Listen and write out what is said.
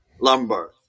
lumbar